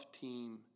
team